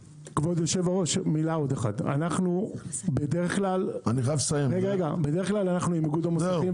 צריך לומר שאנחנו בדרך כלל עם איגוד המוסכים ,